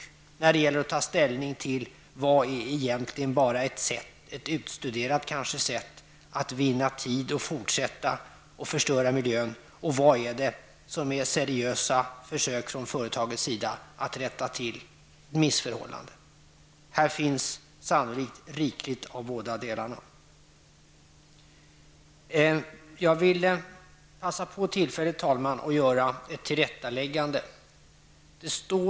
Vidare måste man kunna ta ställning om företaget bara försöker vinna tid för att kunna fortsätta förstöra miljön eller om företaget gör seriösa ansträngningar att rätta till missförhållandena. Här finns sannolikt rikligt av båda delarna. Herr talman! Jag vill passa på tillfället att göra ett tillrättaläggande.